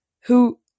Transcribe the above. Who-